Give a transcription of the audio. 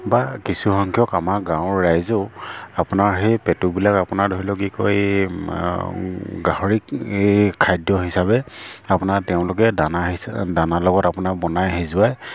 বা কিছুসংখ্যক আমাৰ গাঁৱৰ ৰাইজেও আপোনাৰ সেই পেটুবিলাক আপোনাৰ ধৰি লওক কি কয় এই গাহৰিক এই খাদ্য হিচাপে আপোনাৰ তেওঁলোকে দানা হিচা দানাৰ লগত আপোনাৰ বনাই সিজোৱাই